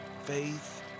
Faith